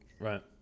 Right